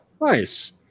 Nice